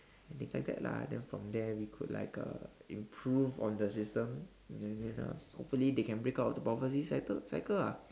and things like that lah and then from there we could like uh improve on the system and then uh hopefully they can break out of the poverty cycle cycle lah